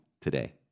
today